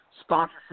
sponsorship